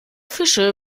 fische